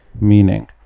Meaning